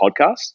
podcast